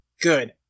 Good